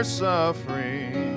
suffering